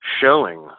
showing